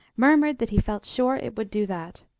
murmured that he felt sure it would do that.